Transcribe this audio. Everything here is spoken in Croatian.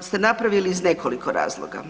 ste napravili iz nekoliko razloga.